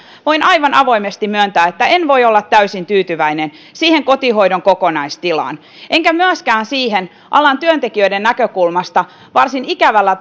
voin aivan avoimesti myöntää että en voi olla täysin tyytyväinen kotihoidon kokonaistilaan enkä myöskään alan työntekijöiden näkökulmasta varsin ikävällä